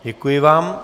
Děkuji vám.